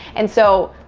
and so,